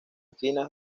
esquinas